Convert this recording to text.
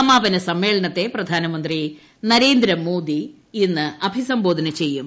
സമാപന സമ്മേളനത്തെ പ്രധാനമന്ത്രി നരേന്ദ്രമോദി ഇന്ന് അഭിസംബോധന ചെയ്യും